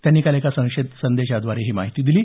त्यांनी काल एका संदेशाद्वारे ही माहिती दिली